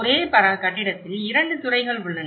ஒரே கட்டிடத்தில் இரண்டு துறைகள் உள்ளன